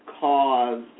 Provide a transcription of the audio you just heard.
caused